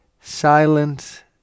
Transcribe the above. silent